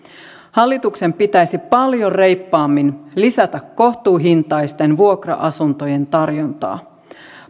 hallituksen pitäisi paljon reippaammin lisätä kohtuuhintaisten vuokra asuntojen tarjontaa